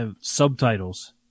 subtitles